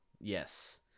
Yes